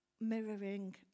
mirroring